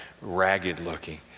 ragged-looking